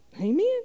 Amen